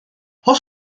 oes